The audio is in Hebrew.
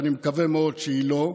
ואני מקווה מאוד שלא,